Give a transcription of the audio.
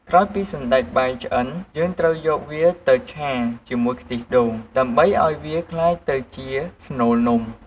ក្រោយពីសណ្ដែកបាយឆ្អិន យើងត្រូវយកវាទៅឆាជាមួយខ្ទិះដូង ដើម្បីឱ្យវាក្លាយទៅជាស្នូលនំ។